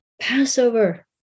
Passover